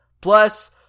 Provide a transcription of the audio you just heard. Plus